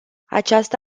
această